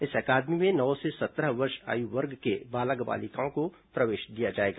इस अकादमी में नौ से सत्रह वर्ष आयु वर्ग के बालक बालिकाओं को प्रवेश दिया जाएगा